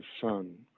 son